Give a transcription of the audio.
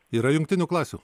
yra jungtinių klasių